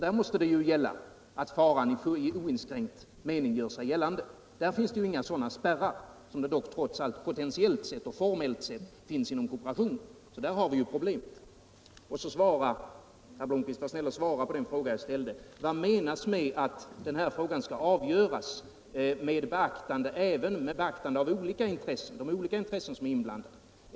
Där måste man ju erkänna att faran i oinskränkt mening gör sig gällande. I privathandeln finns ju inga sådana spärrar som det trots allt potentiellt och formellt sett finns inom kooperationen. Där har vi ju problemet. Vidare, herr Blomkvist, var snäll och svara på den fråga jag ställde: Vad menas med att denna sak skall ”avgöras även med beaktande av de olika intressen som är inblandade”?